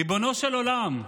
ריבונו של עולם,